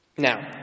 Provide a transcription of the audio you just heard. Now